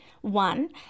one